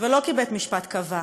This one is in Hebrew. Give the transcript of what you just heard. ולא כי בית-משפט קבע.